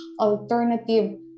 alternative